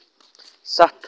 سَتھ